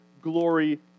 glory